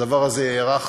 הדבר הזה יארך